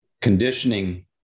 conditioning